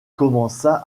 commença